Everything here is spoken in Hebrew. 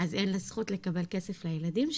אז אין לה זכות לקבל כסף לילדים שלה.